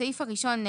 הסעיף הראשון,